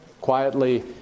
quietly